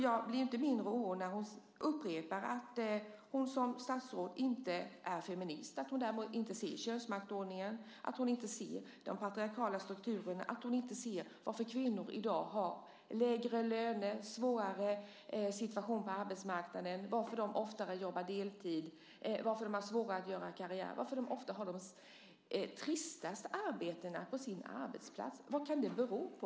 Jag blir inte mindre orolig när hon upprepar att hon, som är statsråd, inte är feminist. Därmed säger hon att hon inte ser könsmaktsordningen och de patriarkala strukturerna. Hon ser inte varför kvinnor i dag har lägre löner och en svårare situation på arbetsmarknaden, varför de oftare jobbar deltid, varför de har svårare att göra karriär och varför de ofta har de tristaste arbetena på sin arbetsplats. Vad kan det bero på?